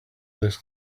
this